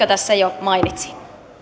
tässä jo mainitsin